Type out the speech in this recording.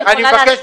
אני יכולה להסביר?